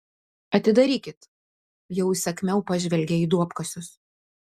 atidarykit jau įsakmiau pažvelgė į duobkasius